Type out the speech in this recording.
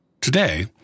Today